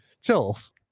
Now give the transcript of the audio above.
chills